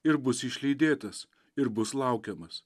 ir bus išlydėtas ir bus laukiamas